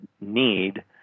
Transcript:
need